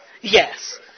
Yes